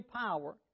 power